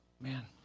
man